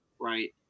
right